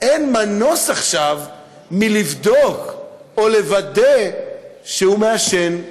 אין מנוס עכשיו מלבדוק או לוודא שהוא מעשן.